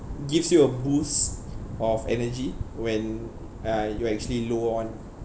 gives you a boost of energy when uh you actually low on